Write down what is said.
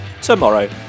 tomorrow